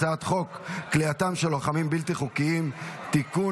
הצעת חוק כליאתם של לוחמים בלתי חוקיים (תיקון,